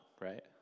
right